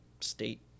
state